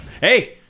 Hey